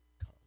come